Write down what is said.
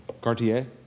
Cartier